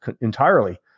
entirely